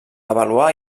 avaluar